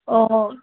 অঁ